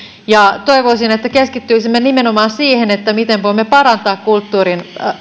toivoisin että keskittyisimme nimenomaan siihen miten voimme parantaa kulttuurin